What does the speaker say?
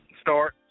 Start